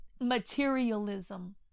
Materialism